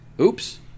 Oops